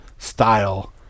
style